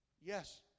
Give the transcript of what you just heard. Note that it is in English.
yes